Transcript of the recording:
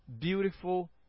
beautiful